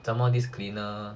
this cleaner